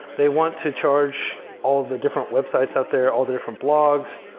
they want to charge all the different websites out there, all the different blogs,